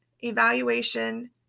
evaluation